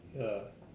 ya